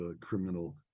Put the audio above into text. criminal